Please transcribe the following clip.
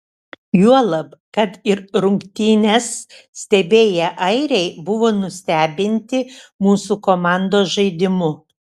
juolab kad ir rungtynes stebėję airiai buvo nustebinti mūsų komandos žaidimu